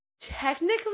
Technically